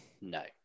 No